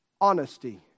honesty